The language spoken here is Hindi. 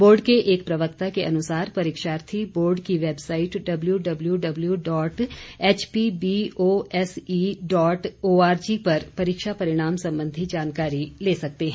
बोर्ड के एक प्रवक्ता के अनुसार परीक्षार्थी बोर्ड की website W W W dot HPBOSE dot ORG पर परीक्षा परिणाम संबंधी जानकारी ले सकते हैं